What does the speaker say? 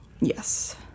Yes